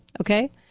Okay